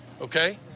Okay